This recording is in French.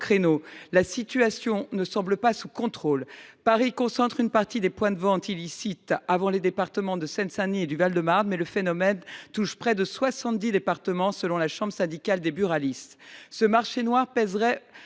créneau. La situation ne semble pas sous contrôle. Paris concentre une partie des points de vente illicites, avant les départements de Seine Saint Denis et du Val de Marne, mais le phénomène touche près de soixante dix départements selon la chambre syndicale des buralistes. Ce marché noir représenterait